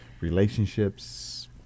relationships